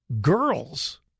girls